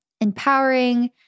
Empowering